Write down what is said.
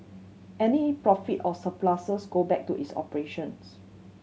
any profit or surpluses go back to its operations